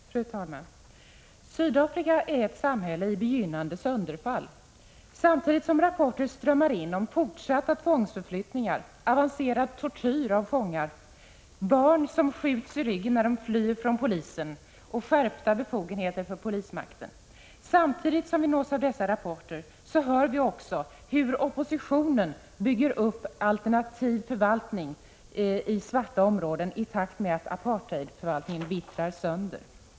Fru talman! Sydafrika är ett samhälle i begynnande sönderfall. Samtidigt som rapporter strömmar in om fortsatta tvångsförflyttningar, avancerad tortyr av fångar, barn som skjuts i ryggen när de flyr från polisen och skärpta befogenheter för polismakten, hör vi också hur oppositionen bygger upp alternativ förvaltning i svarta områden i takt med att apartheidförvaltningen vittrar sönder.